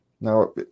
Now